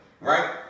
right